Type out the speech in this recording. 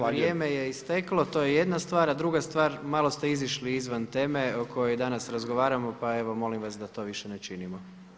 Kolega Sponza vrijeme je isteklo, to je jedna stvar a druga stvar malo ste izišli izvan teme o kojoj danas razgovaramo pa evo molim vas da to više ne činimo.